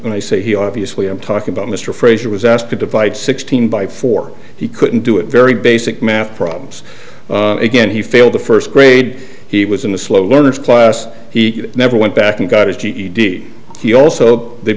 and i say he obviously i'm talking about mr frazier was asked to divide sixteen by four he couldn't do it very basic math problems again he failed the first grade he was in the slow learners class he never went back and got his ged he also the